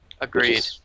Agreed